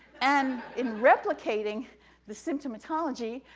and in replicating the symptomology,